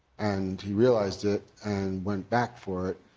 and he realized it, and went back for it.